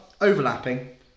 overlapping